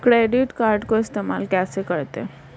Credit card को इस्तेमाल कैसे करते हैं?